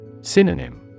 Synonym